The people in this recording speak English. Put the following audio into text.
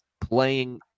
playing